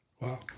Wow